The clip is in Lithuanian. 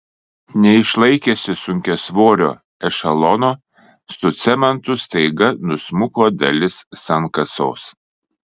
neišlaikiusi sunkiasvorio ešelono su cementu staiga nusmuko dalis sankasos